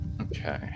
Okay